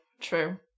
true